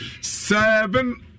seven